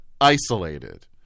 isolated